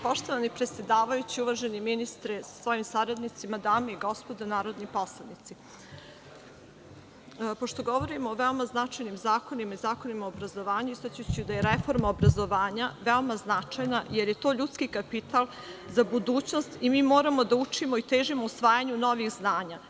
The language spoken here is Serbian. Poštovani predsedavajući, uvaženi ministre sa svojim saradnicima, dame i gospodo narodni poslanici, pošto govorimo o veoma značajnim zakonima, zakonima o obrazovanju, istaći ću da je reforma obrazovanja veoma značajna jer je to ljudski kapital za budućnost i mi moramo da učimo i težimo usvajanju novih znanja.